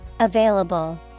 Available